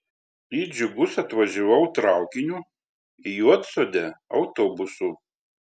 į džiugus atvažiavau traukiniu į juodsodę autobusu